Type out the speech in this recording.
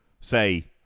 say